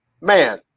man